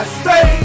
stay